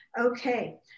Okay